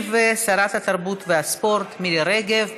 תשיב שרת התרבות והספורט מירי רגב.